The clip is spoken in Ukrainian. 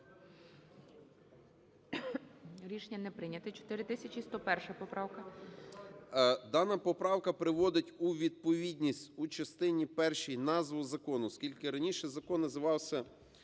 Рішення не прийнято. 4101 поправка. 17:10:59 СИДОРОВИЧ Р.М. Дана поправка приводить у відповідність у частині першій назву закону. Оскільки раніше Закон називався